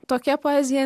tokia poezija